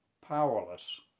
powerless